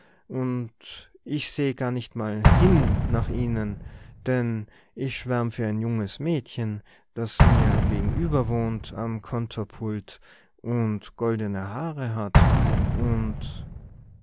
dazu ich seh gar nicht einmal hin nach ihnen denn ich schwärm für ein junges mädchen das mir gegenüberwohnt am kontorpult und goldene haare hat und